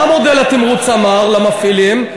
מה מודל התמרוץ אמר למפעילים?